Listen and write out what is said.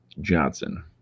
Johnson